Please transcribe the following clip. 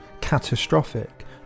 catastrophic